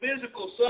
physical